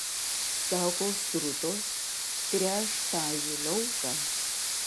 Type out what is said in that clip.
sako srutos tręš tąjį lauką